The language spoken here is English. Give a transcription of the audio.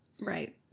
Right